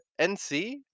NC